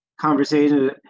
conversation